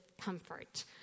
comfort